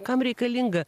kam reikalinga